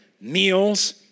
meals